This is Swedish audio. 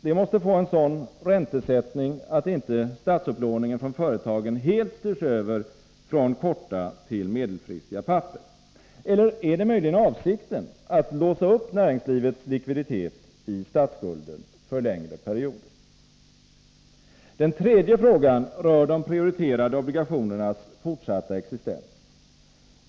De måste få en sådan räntesättning att inte statsupplåningen från företagen helt styrs över från korta till medelfristiga papper. Eller är det möjligen avsikten att låsa upp näringslivets likviditet i statsskulden för längre perioder? Den tredje frågan rör de prioriterade obligationernas fortsatta existens.